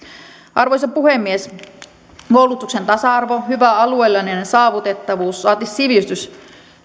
arvoisa puhemies koulutuksen tasa arvo hyvä alueellinen saavutettavuus saati sivistys